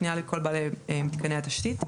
פנייה לכל בעלי מתקני התשתית,